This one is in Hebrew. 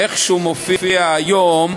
איך שהוא מופיע היום,